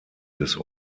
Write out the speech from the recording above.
des